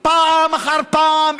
פעם אחר פעם,